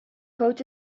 goot